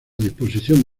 disposición